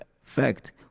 fact